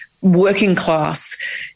working-class